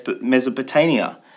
Mesopotamia